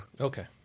Okay